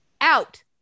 out